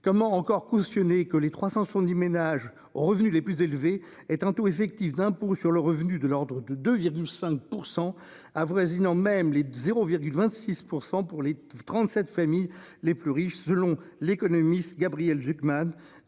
comment encore cautionner que les 370 ménages aux revenus les plus élevés, est un taux effectif d'impôt sur le revenu de l'ordre de. 5% avoisinants. Même les 0,26% pour les 37 familles les plus riches, selon l'économiste Gabriel Zucman